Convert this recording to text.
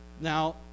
Now